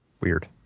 weird